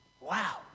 wow